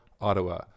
Ottawa